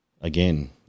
again